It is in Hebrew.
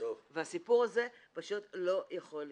והסיפור הזה פשוט לא יכול לקרות.